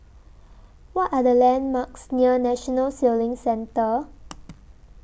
What Are The landmarks near National Sailing Centre